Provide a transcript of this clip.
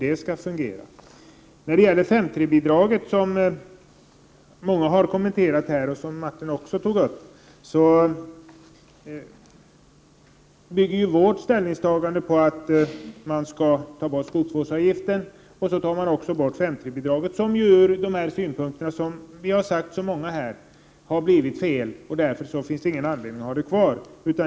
5:3-bidraget har många kommenterat, och Martin Segerstedt tog också upp det. Här bygger vårt ställningstagande på att man skall ta bort skogsvårdsavgiften och också 5:3-bidraget som ju ur synpunkter som många här har anfört har blivit felaktigt. Därför finns det ingen anledning att ha det kvar.